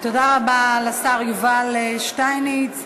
תודה רבה לשר יובל שטייניץ.